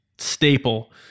staple